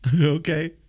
Okay